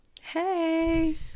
hey